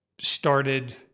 started